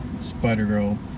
Spider-Girl